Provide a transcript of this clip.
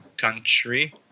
country